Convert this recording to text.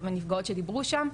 מהנפגעות שדיברו שם,